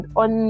on